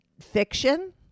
fiction